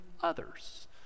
others